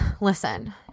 Listen